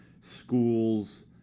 schools